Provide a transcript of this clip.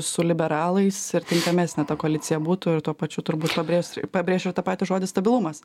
su liberalais ir tinkamesnė ta koalicija būtų ir tuo pačiu turbūt pabrėž pabrėžčiau tą patį žodį stabilumas